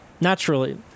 naturally